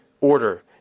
order